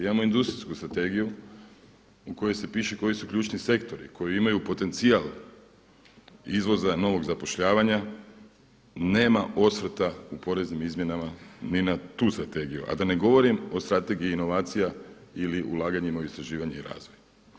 Imamo industrijsku strategiju u kojoj piše koji su ključni sektori koji imaju potencijal izvoza novog zapošljavanja – nema osvrta u poreznim izmjenama niti na tu strategiju, a da ne govorim o Strategiji inovacija ili ulaganjima u istraživanje i razvoj.